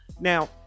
Now